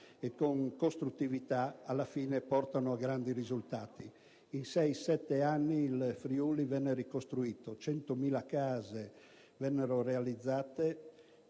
e costruttività, alla fine portano a grandi risultati. In sei-sette anni il Friuli venne ricostruito, 100.000 case vennero realizzate